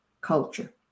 culture